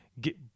get